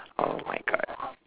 oh my god